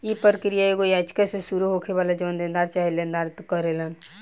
इ प्रक्रिया एगो याचिका से शुरू होखेला जवन देनदार चाहे लेनदार दायर करेलन